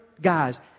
guys